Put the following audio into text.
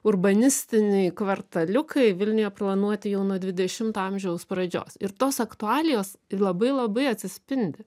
urbanistiniai kvartaliukai vilniuje planuoti jau nuo dvidešimto amžiaus pradžios ir tos atualijos ir labai labai atsispindi